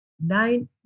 nine